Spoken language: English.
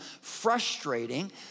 frustrating